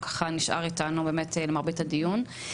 הוא ככה נשאר איתנו באמת למרבית הדיון.